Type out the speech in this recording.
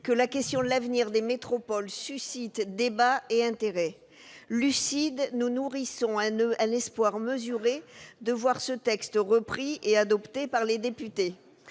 était besoin, que l'avenir des métropoles suscite débats et intérêt. Lucides, nous nourrissons un espoir mesuré de voir ce texte repris et adopté par les députés.